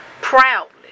Proudly